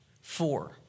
four